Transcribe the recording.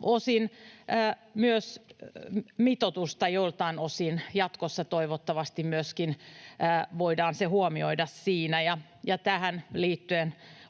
ja myös mitoitusta joltain osin jatkossa, toivottavasti, voidaan huomioida siinä.